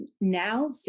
Now